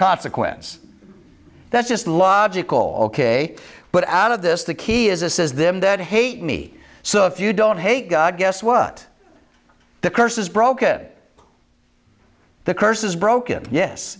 consequence that's just logical but out of this the key is a says them that hate me so if you don't hate god guess what the curse is broken the curse is broken yes